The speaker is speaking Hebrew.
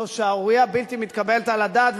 זו שערורייה בלתי מתקבלת על הדעת,